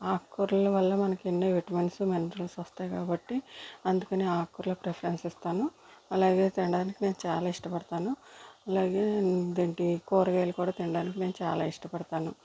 ఆకుకూరలు వల్ల మనకి ఎన్నో విటమిన్సు మినరల్స్ వస్తాయి కాబట్టి అందుకని ఆకూరలు ప్రిఫరెన్స్ ఇస్తాను అలాగే తినడానికి నేను చాలా ఇష్టపడుతాను అలాగే అదేంటి కురగాయలు కూడా తినటానికి నేను చాలా ఇష్టపడుతాను